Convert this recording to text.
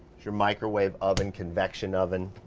your microwave oven, convection oven.